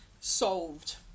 Solved